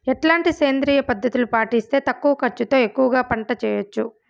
ఎట్లాంటి సేంద్రియ పద్ధతులు పాటిస్తే తక్కువ ఖర్చు తో ఎక్కువగా పంట చేయొచ్చు?